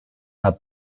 had